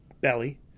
belly